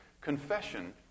confession